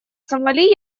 сомали